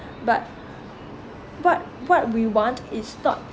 but what what we want is not